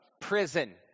prison